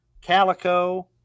calico